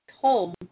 home